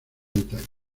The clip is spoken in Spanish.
detalle